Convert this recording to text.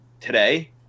today